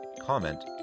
comment